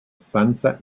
sunset